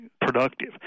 productive